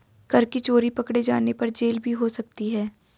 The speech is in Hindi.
कर की चोरी पकडे़ जाने पर जेल भी हो सकती है